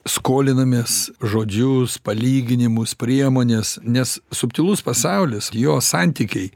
skolinamės žodžius palyginimus priemones nes subtilus pasaulis jo santykiai